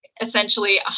essentially